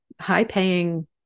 high-paying